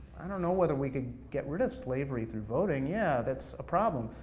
i don't know whether we could get rid of slavery through voting, yeah, that's a problem.